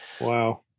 wow